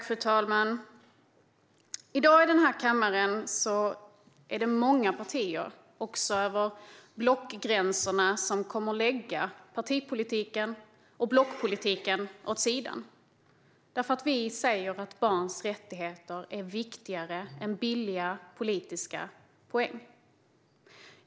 Fru talman! I dag kommer många partier i den här kammaren att lägga partipolitiken och blockpolitiken åt sidan. Vi säger nämligen att barns rättigheter är viktigare än billiga politiska poäng.